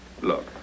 Look